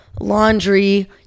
laundry